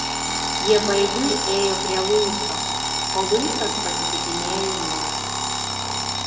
jie paeiliui ėjo prie luiso o luisas pasitikinėjo juos